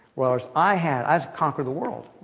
whereas i had i just conquered the world.